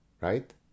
right